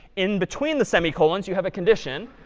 in between the semicolons, you have a condition.